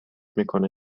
میکنه